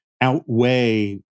outweigh